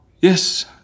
Yes